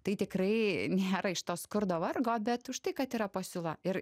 tai tikrai nėra iš to skurdo vargo bet užtai kad yra pasiūla ir